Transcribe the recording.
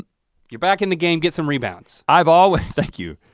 you're back in the game, get some rebounds. i've always, thank you.